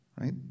Right